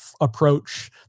approach